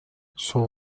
show